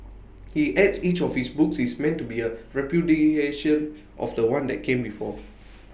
he adds each of his books is meant to be A repudiation of The One that came before